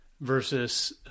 versus